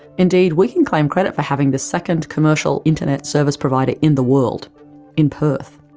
indeed, we can claim credit for having the second commercial internet service provider in the world in perth.